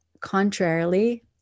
contrarily